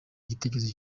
igitekerezo